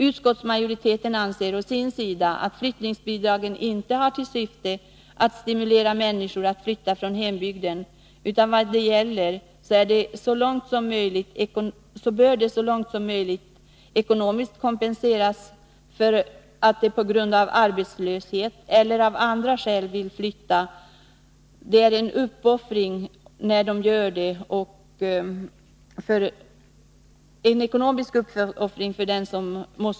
Utskottsmajoriteten anser å sin sida att flyttningsbidragen inte har till syfte att stimulera människor till att flytta från hembygden, utan de bör ses som ekonomisk kompensation för dem som av arbetslöshetsskäl eller andra skäl vill flytta. En flyttning innebär alltid en ekonomisk uppoffring.